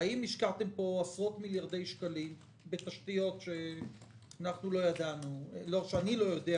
האם השקעתם פה עשרות מיליארדי שקלים בתשתיות שלא ידענו עליהם?